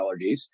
allergies